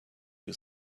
you